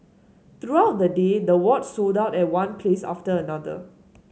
throughout the day the watch sold out at one place after another